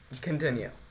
continue